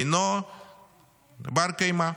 אינו בר-קיימא.